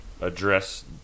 address